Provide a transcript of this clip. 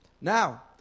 now